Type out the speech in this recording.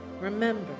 Remember